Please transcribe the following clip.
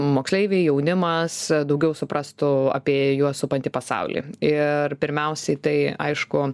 moksleiviai jaunimas daugiau suprastų apie juos supantį pasaulį ir pirmiausiai tai aišku